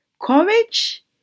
Courage